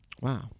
Wow